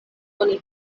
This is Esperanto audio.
oni